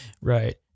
right